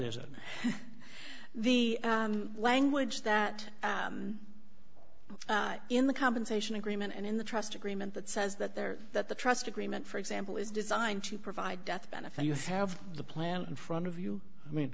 isn't the language that in the compensation agreement and in the trust agreement that says that there that the trust agreement for example is designed to provide death benefit you have the plan in front of you i mean